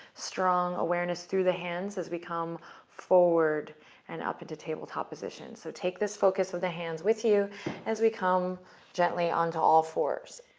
strong awareness through the hands as we come forward and up into tabletop position. so take this focus of the hands with you as we come gently onto all fours.